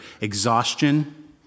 exhaustion